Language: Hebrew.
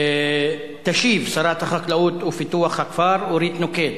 תשיב שרת החקלאות ופיתוח הכפר אורית נוקד.